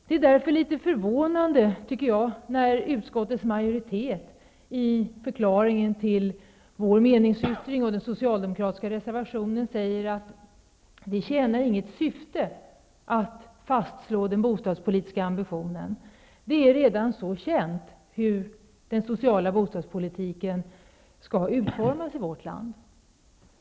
Det är därför litet förvånande, tycker jag, att utskottsmajoriteten i kommentaren till vår meningsyttring och till den socialdemokratiska reservationen säger att det inte tjänar något syfte att fastslå den bostadspolitiska ambitionen -- det är redan så känt hur den sociala bostadspolitiken i vårt land skall utformas.